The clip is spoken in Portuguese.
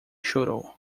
chorou